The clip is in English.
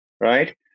right